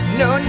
no